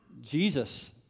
Jesus